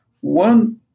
one